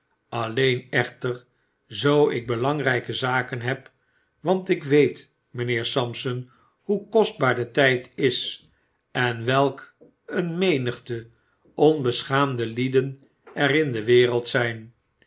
zyn alleenechter zoo ik belangryke zaken heb want ik weet mijnheer sampson hoe kostbaar de tjjd is en welk een menigte onbeschaamde lieden er in de wereld zyn